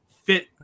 fit